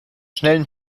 schnellen